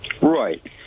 right